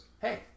hey